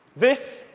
this,